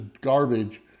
garbage